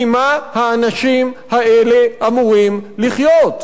ממה האנשים האלה אמורים לחיות?